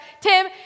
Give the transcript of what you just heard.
Tim